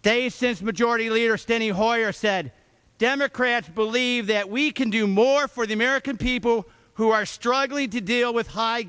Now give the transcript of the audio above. day since majority leader standing hoyer said democrats believe that we can do more for the american people who are struggling to deal with high